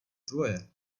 tvoje